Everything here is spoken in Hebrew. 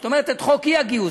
זאת אומרת את חוק האי-גיוס.